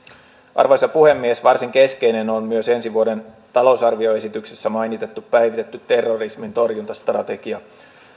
arvoisa puhemies varsin keskeinen on myös ensi vuoden talousarvioesityksessä mainittu päivitetty terrorismin torjuntastrategia